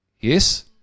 Yes